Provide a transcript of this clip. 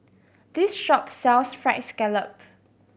this shop sells Fried Scallop